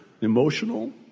Emotional